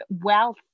wealth